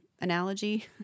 analogy